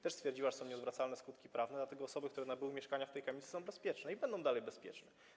Też stwierdziła, że są nieodwracalne skutki prawne, dlatego osoby, które nabyły mieszkania w tej kamienicy, są bezpieczne i będą dalej bezpieczne.